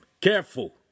Careful